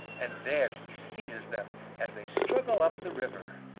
and there he seizes them as they struggle up the river.